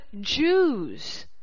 Jews